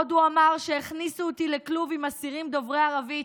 עוד הוא אמר: "הכניסו אותי לכלוב עם אסירים דוברי ערבית,